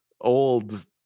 old